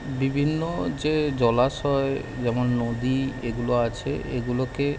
বিভিন্ন যে জলাশয় যেমন নদী এগুলো আছে এগুলোকে